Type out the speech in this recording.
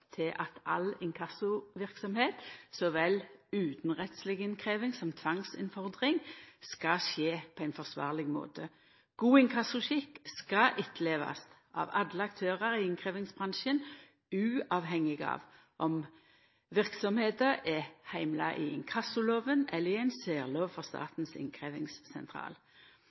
til at all inkassoverksemd, så vel utanrettsleg innkrevjing som tvangsinnfordring, skal skje på ein forsvarleg måte. God inkassoskikk skal bli etterlevd av alle aktørar i innkrevjingsbransjen, uavhengig av om verksemda er heimla i inkassolova eller i ei særlov for